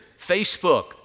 Facebook